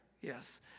Yes